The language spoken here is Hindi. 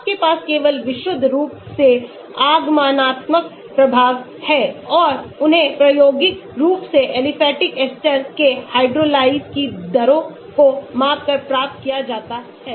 आपके पास केवल विशुद्ध रूप से आगमनात्मक प्रभाव हैं और उन्हें प्रायोगिक रूप से एलिफैटिक एस्टर के हाइड्रोलाइज़ की दरों को मापकर प्राप्त किया जाता है